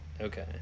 Okay